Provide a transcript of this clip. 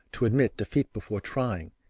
to admit defeat before trying,